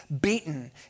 beaten